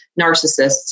narcissists